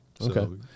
Okay